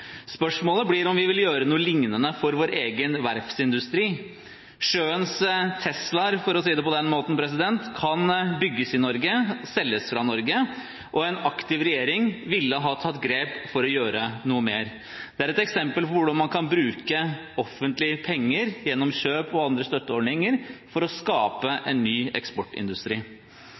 Spørsmålet blir om vi vil gjøre noe lignende for vår egen verftsindustri. Sjøens «Tesla-er», for å si det på den måten, kan bygges i Norge, selges fra Norge, og en aktiv regjering ville ha tatt grep for å gjøre noe mer. Det er et eksempel på hvordan man kan bruke offentlige penger gjennom kjøp og andre støtteordninger for å skape en ny eksportindustri.